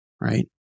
Right